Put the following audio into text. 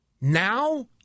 Now